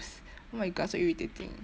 oh my god so irritating